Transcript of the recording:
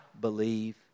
believe